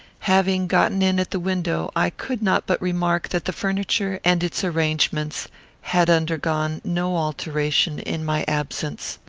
having gotten in at the window, i could not but remark that the furniture and its arrangements had undergone no alteration in my absence.